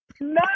No